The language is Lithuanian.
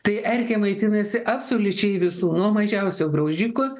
tai erkė maitinasi absoliučiai visų nuo mažiausio graužiko